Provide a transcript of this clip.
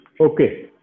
Okay